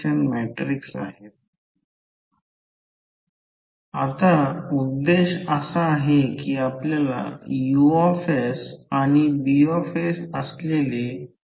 तर मटेरियलसाठी r 1600 दिलेले आहे आणि आपल्याला माहित आहे ∅ Fm R जसे V R